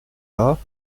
pas